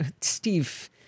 Steve